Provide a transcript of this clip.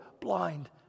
blind